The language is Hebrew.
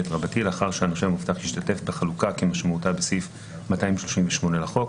לאחר שהנושא המובטח השתתף בחלוקה כמשמעותה בסעיף 238 לחוק,